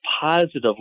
positive